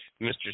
Mr